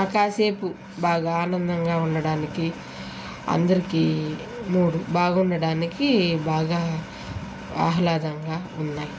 ఆ కాసేపు బాగా ఆనందంగా ఉండడానికి అందరికీ మూడు బాగుండడానికి బాగా ఆహ్లాదంగా ఉన్నాయి